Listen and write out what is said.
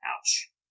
Ouch